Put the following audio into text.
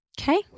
Okay